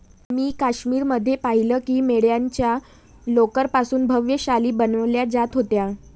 मी काश्मीर मध्ये पाहिलं की मेंढ्यांच्या लोकर पासून भव्य शाली बनवल्या जात होत्या